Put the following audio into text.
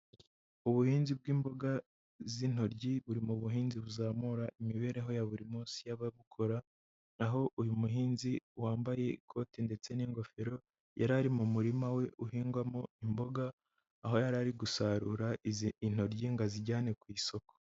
Ubuhinzi bw'imboga z'intoryi buri mu buhinzi buzamura imibereho ya buri munsi y'ababukora, na ho uyu muhinzi wambaye ikote ndetse n'ingofero, yari ari mu murima we uhingwamo imboga, aho yari ari gusarura izi intoryi ngo azijyane ku isoko.